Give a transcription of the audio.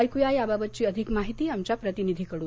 ऐक्या याबाबतची अधिक माहिती आमच्या प्रतिनिधीकडून